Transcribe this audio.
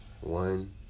One